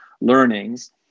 learnings